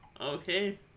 Okay